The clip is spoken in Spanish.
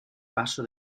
paso